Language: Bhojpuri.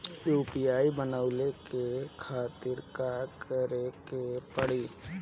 यू.पी.आई बनावे के खातिर का करे के पड़ी?